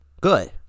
good